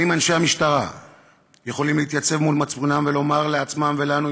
האם אנשי המשטרה יכולים להתייצב מול צו מצפונם ולומר לעצמם ולנו,